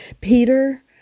Peter